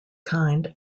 kind